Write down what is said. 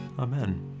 amen